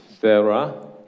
Sarah